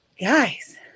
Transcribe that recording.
guys